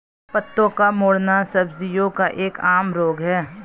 पत्तों का मुड़ना सब्जियों का एक आम रोग है